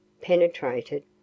penetrated